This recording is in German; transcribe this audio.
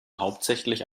hauptsächlich